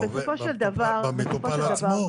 במטופל עצמו.